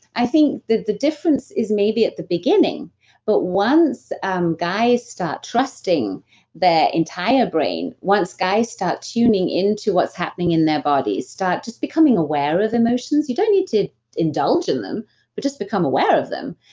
i think the the difference is maybe at the beginning but once um guys start trusting their entire brain once guys start tuning into what's happening in their body, body, start just becoming aware of emotions, you don't need to indulge in them but just become aware of them,